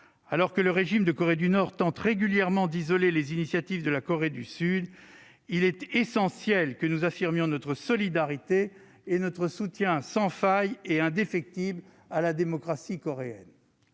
Alors que le régime de la Corée du Nord tente régulièrement d'isoler les initiatives de la Corée du Sud, il est essentiel que nous affirmions notre solidarité et notre soutien sans faille et indéfectible à la démocratie coréenne.